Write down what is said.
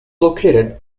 located